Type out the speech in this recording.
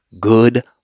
good